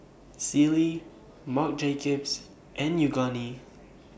Sealy Marc Jacobs and Yoogane